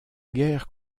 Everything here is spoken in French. guerre